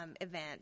event